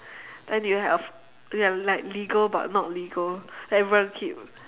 then you have you're like legal but not legal then everyone keep